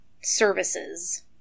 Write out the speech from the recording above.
services